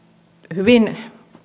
hyvin